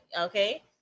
okay